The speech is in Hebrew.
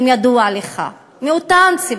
אם ידוע לך, מאותן סיבות,